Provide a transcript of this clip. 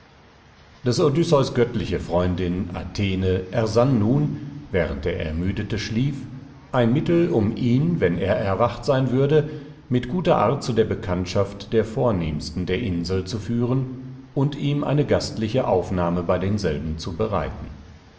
des odysseus göttliche freundin athene ersann nun während der ermüdete schlief ein mittel um ihn wenn er erwacht sein würde mit guter art zu der bekanntschaft der vornehmsten der insel zu führen und ihm eine gastliche aufnahme bei denselben zu bereiten